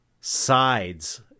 sides